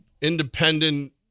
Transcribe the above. Independent